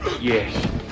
Yes